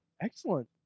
Excellent